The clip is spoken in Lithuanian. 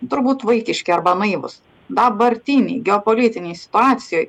turbūt vaikiški arba naivūs dabartinėj geopolitinėj situacijoj